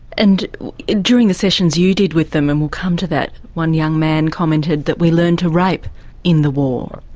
and during the sessions you did with them, and we'll come to that, one young man commented that, we learned to rape in the war.